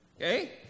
okay